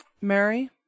Mary